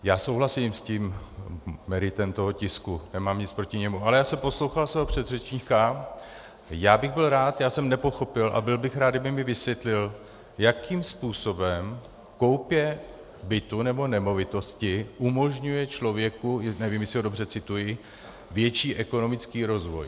Já souhlasím s tím meritem toho tisku, nemám nic proti němu, ale já jsem poslouchal svého předřečníka a byl bych rád já jsem nepochopil a byl bych rád, kdyby mi vysvětlil, jakým způsobem koupě bytu nebo nemovitosti umožňuje člověku, nevím, jestli ho dobře cituji, větší ekonomický rozvoj.